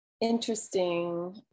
interesting